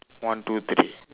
one two three